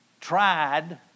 tried